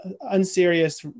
unserious